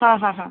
हा हा हा